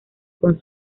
con